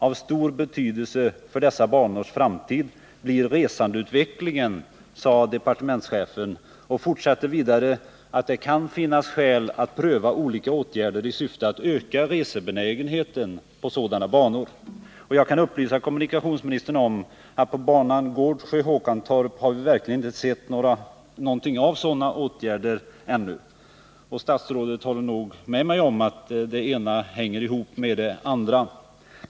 Av stor betydelse för dessa banors framtid blir resandeutvecklingen dåvarande departementschefen och framhöll vidare att det kan finnas sl pröva olika åtgärder i syfte att öka resebenägenheten på sådana banor. Jag kan upplysa kommunikationsministern om att på banan Gårdsjö-Håkantorp har vi verkligen inte sett något av sådana åtgärder. Statsrådet håller nog med mig om att det ena hänger ihop med det andra.